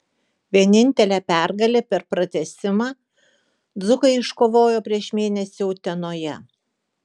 vienintelę pergalę per pratęsimą dzūkai iškovojo prieš mėnesį utenoje